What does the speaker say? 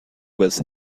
was